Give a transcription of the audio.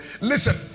Listen